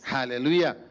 Hallelujah